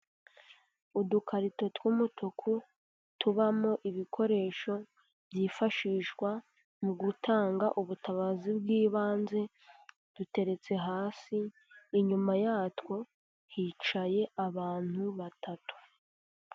Udukarito tw'umutuku tubamo ibikoresho byifashishwa mu gutanga ubutabazi bw'ibanze duteretse hasi, inyuma yatwo hicaye abantu batatu.